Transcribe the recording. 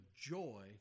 joy